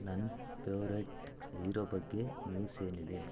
ನನ್ನ favourite hero ಬಗ್ಗೆ news ಏನಿದೆ